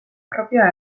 propioa